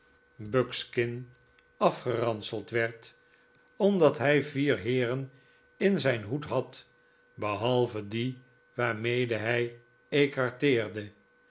buckskin afgeranseld werd omdat hij vier heeren in zijn hoed had behalve die waarmee hij